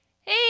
Hey